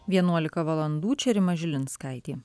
vienuolika valandų čia rima žilinskaitė